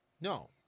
No